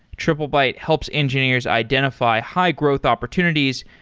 triplebyte helps engineers identify high-growth opportunities,